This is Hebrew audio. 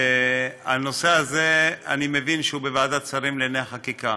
הנושא הזה, אני מבין שהוא בוועדת השרים לחקיקה,